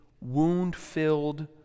wound-filled